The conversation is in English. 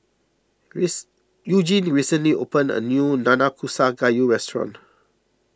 grace Eugene recently opened a new Nanakusa Gayu restaurant